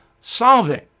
solving